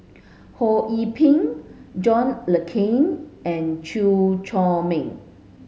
Ho Yee Ping John Le Cain and Chew Chor Meng